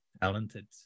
talented